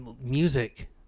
music